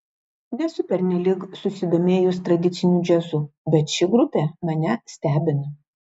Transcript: nesu pernelyg susidomėjus tradiciniu džiazu bet ši grupė mane stebina